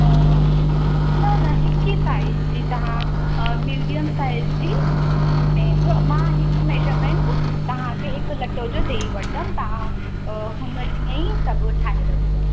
त न न हिक ई साइज़ जी तव्हां मीडियम साइज़ जी कंहिंजो मां हिकु मेजरमेंट तव्हां खे हिक लटो जो ॾई वठंदमि तव्हां हुन जीअं ई सभु ठाहे रखिजो